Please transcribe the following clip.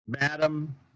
Madam